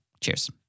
Cheers